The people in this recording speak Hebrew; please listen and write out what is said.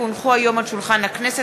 כי הונחו היום על שולחן הכנסת,